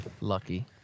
Lucky